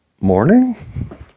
morning